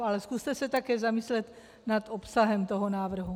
Ale zkuste se také zamyslet nad obsahem návrhu.